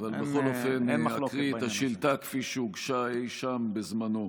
אין מחלוקת בעניין הזה.